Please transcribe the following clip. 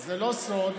זה לא סוד,